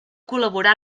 col·laborar